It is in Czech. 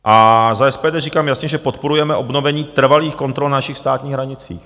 A za SPD říkám jasně, že podporujeme obnovení trvalých kontrol na našich státních hranicích.